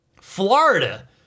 Florida